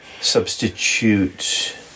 substitute